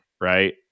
right